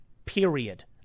Period